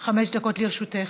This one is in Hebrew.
חמש דקות לרשותך.